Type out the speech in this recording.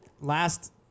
last